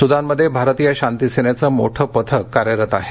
सुदानमध्ये भारतीय शांती सेनेचं मोठं पथक कार्यरत आहे